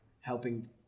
helping